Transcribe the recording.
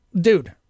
Dude